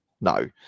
No